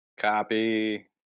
Copy